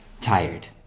tired